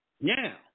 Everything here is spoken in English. Now